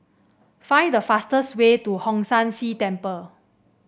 find the fastest way to Hong San See Temple